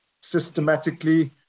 systematically